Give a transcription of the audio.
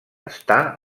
està